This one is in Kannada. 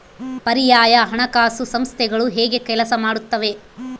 ಪರ್ಯಾಯ ಹಣಕಾಸು ಸಂಸ್ಥೆಗಳು ಹೇಗೆ ಕೆಲಸ ಮಾಡುತ್ತವೆ?